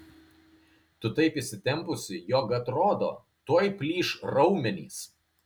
tu taip įsitempusi jog atrodo tuoj plyš raumenys